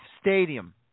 Stadium